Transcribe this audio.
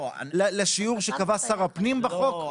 לשיעור שקבע שר הפנים בחוק?